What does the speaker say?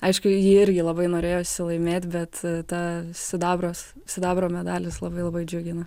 aišku jį irgi labai norėjosi laimėt bet ta sidabras sidabro medalis labai labai džiugina